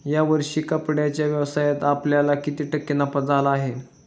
या वर्षी कपड्याच्या व्यवसायात आपल्याला किती टक्के नफा झाला आहे?